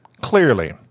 clearly